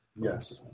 Yes